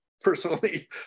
personally